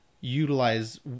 utilize